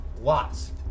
Lots